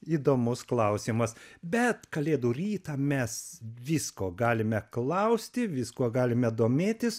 įdomus klausimas bet kalėdų rytą mes visko galime klausti viskuo galime domėtis